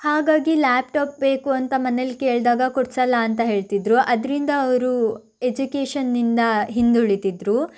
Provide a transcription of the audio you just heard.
ಹಾಗಾಗಿ ಲ್ಯಾಪ್ಟಾಪ್ ಬೇಕು ಅಂತ ಮನೇಲಿ ಕೇಳಿದಾಗ ಕೊಡ್ಸಲ್ಲ ಅಂತ ಹೇಳ್ತಿದ್ರು ಅದರಿಂದ ಅವರು ಎಜುಕೇಶನ್ನಿಂದ ಹಿಂದುಳಿತಿದ್ರು